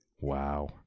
Wow